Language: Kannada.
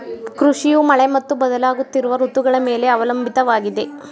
ಕೃಷಿಯು ಮಳೆ ಮತ್ತು ಬದಲಾಗುತ್ತಿರುವ ಋತುಗಳ ಮೇಲೆ ಅವಲಂಬಿತವಾಗಿದೆ